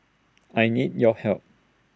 I need your help